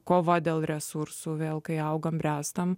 kovą dėl resursų vėl kai augant bręstant